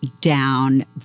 down